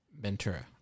Ventura